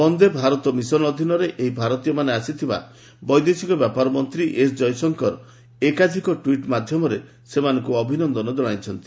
Vande Bharat mission ଅଧୀନରେ ଏହି ଭାରତୀୟମାନେ ଆସିଥିବା ବୈଦେଶିକ ମନ୍ତ୍ରୀ ଏସ୍ ଜୟଶଙ୍କର ଏକାଧିକ ଟ୍ୱିଟ୍ ମାଧ୍ୟମରେ ସେମାନଙ୍କୁ ସ୍ୱାଗତ କରିଛନ୍ତି